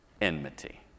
enmity